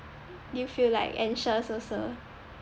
do you feel like anxious also